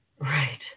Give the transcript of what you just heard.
Right